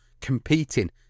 competing